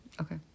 Okay